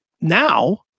now